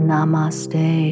Namaste